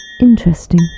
Interesting